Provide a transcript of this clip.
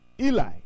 Eli